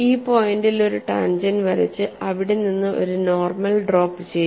ഈ പോയിന്റിൽ ഒരു ടാൻജെന്റ് വരച്ച് അവിടെ നിന്ന് ഒരു നോർമൽ ഡ്രോപ്പ് ചെയ്യുക